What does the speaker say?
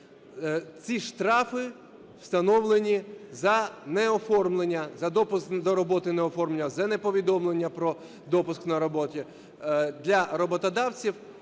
Ці штрафи встановлені за неоформлення, за допуск до роботи неоформлення, за неповідомлення про допуск на роботі для роботодавців